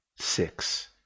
Six